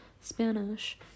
Spanish